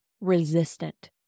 resistant